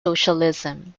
socialism